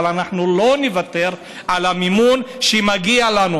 אבל אנחנו לא נוותר על המימון שמגיע לנו.